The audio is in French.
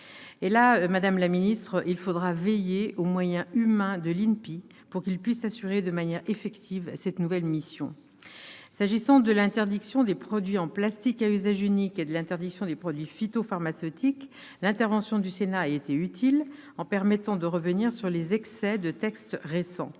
veiller, madame la secrétaire d'État, aux moyens humains de l'INPI, pour que celui-ci puisse assurer de manière effective cette nouvelle mission. Pour ce qui est de l'interdiction des produits en plastique à usage unique et des produits phytopharmaceutiques, l'intervention du Sénat a été utile, en permettant de revenir sur les excès de textes récents.